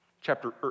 Chapter